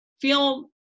feel